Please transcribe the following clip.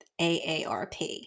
AARP